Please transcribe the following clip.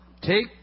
take